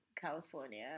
california